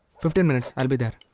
fifteen minutes i will be there.